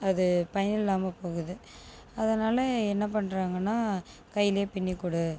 அது பயன் இல்லாமல் போகுது அதனால் என்ன பண்ணுறாங்கன்னா கைலே பின்னி கொடு